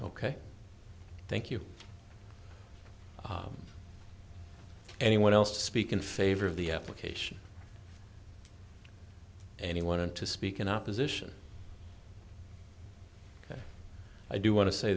ok thank you anyone else to speak in favor of the application and he wanted to speak in opposition i do want to say